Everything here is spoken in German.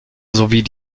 sowie